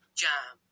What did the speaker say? jam